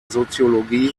soziologie